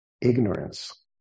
ignorance